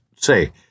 say